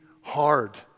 hard